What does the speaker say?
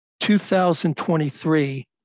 2023